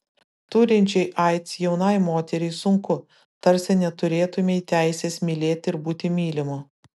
turinčiai aids jaunai moteriai sunku tarsi neturėtumei teisės mylėti ir būti mylimu